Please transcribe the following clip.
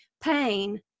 pain